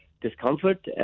discomfort